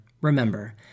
Remember